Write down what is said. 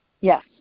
Yes